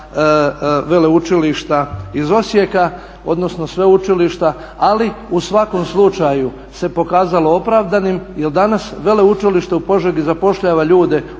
Veleučilišta iz Osijeka, odnosno Sveučilišta ali u svakom slučaju se pokazalo opravdanim, jer danas veleučilište u Požegi zapošljava ljude